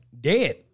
Dead